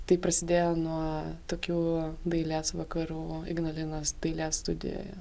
tai prasidėjo nuo tokių dailės vakarų ignalinos dailės studijoje